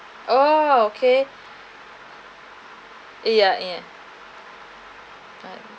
oh okay ya ya